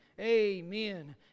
Amen